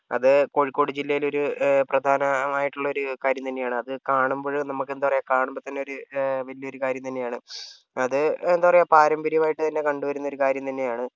അത് കോഴിക്കോട് ജില്ലയിലൊരു പ്രധാനമായിട്ടുള്ളൊരു കാര്യം തന്നെയാണ് അത് കാണുമ്പോൾ നമുക്ക് എന്താപറയുക കാണുമ്പോൾ തന്നെയൊരു വലിയൊരു കാര്യം തന്നെയാണ് അത് എന്താപറയുക പാരമ്പര്യമായിട്ട് തന്നെ കണ്ടു വരുന്നൊരു കാര്യം തന്നെയാണ്